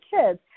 kids